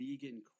Vegan